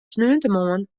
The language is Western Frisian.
sneontemoarn